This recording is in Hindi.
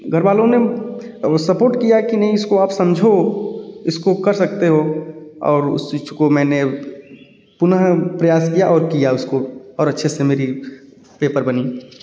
घरवालों ने सपोर्ट किया कि नहीं इसको आप समझो इसको कर सकते हो और उस चीज को मैंने पुनः प्रयास किया और किया उसको और अच्छे से मेरी पेपर बनी